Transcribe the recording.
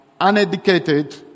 uneducated